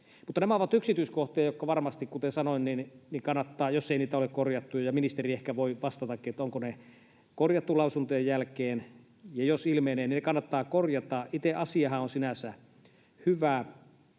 nämä ovat yksityiskohtia, jotka varmasti, kuten sanoin, kannattaa korjata, jos ei niitä ole korjattu. Ministeri ehkä voi vastatakin, onko ne korjattu lausuntojen jälkeen. Jos niitä ilmenee, niin ne kannattaa korjata. Itse asiahan on sinänsä hyvä,